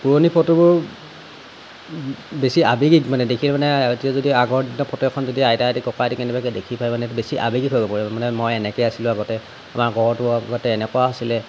পুৰণি ফটোবোৰ বেছি আৱেগিক মানে দেখি মানে এতিয়া যদি আগৰ দিনৰ ফটো এখন যদি আইতাহঁতে ককাহঁতে কেনেবাকৈ দেখি পায় মানে বেছি আৱেগিক হৈ পৰে মানে মই এনেকৈ আছিলো আগতে আমাৰ ঘৰটো আগতে এনেকুৱা আছিলে